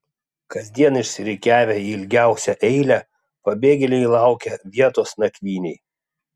kasdien išsirikiavę į ilgiausią eilę pabėgėliai laukia vietos nakvynei